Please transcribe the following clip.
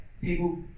people